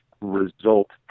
result